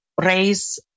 raise